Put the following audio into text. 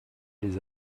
les